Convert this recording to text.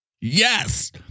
Yes